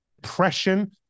depression